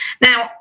Now